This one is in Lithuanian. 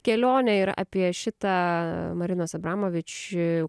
kelionę ir apie šitą marinos abramovič